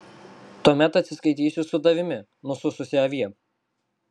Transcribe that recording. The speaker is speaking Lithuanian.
tuomet atsiskaitysiu su tavimi nusususi avie